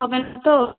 আপনার তো